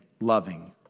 loving